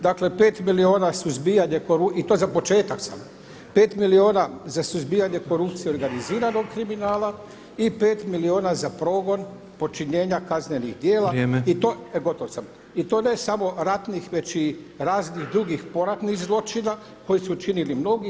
Dakle pet milijuna su izbijanje, i to za početak sam, pet milijuna za suzbijanje korupcije i organiziranog kriminala i pet milijuna za progon počinjenja kaznenih djela i to ne samo ratnih već i raznih drugih poratnih zločina koji su činili mnogi.